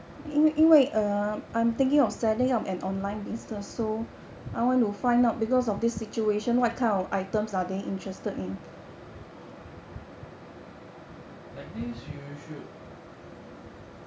like this you should